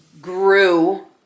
grew